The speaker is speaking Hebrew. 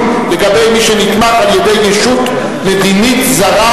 לגבי מי שנתמך על-ידי ישות מדינית זרה.